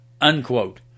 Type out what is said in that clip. unquote